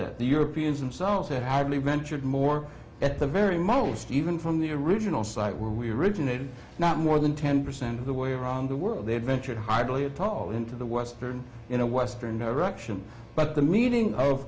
that the europeans themselves have hadlee ventured more at the very most even from the original site where we originated not more than ten percent of the way around the world they ventured hardly a tall into the western in a western erection but the meeting of